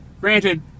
Granted